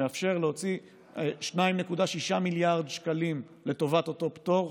שמאפשר להוציא 2.6 מיליארד שקלים לטובת אותו פטור,